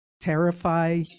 terrify